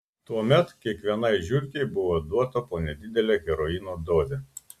tuomet kiekvienai žiurkei buvo duota po nedidelę heroino dozę